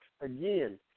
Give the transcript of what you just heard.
again